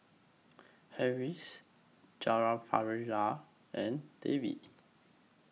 Haresh Jawaharlal and Devi